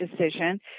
Decision